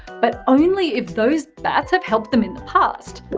but only if those bats have helped them in the past.